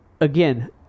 again